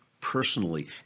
Personally